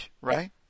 right